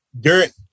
Derek